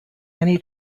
any